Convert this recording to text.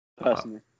Personally